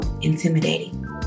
intimidating